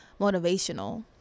motivational